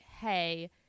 hey